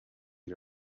you